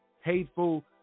hateful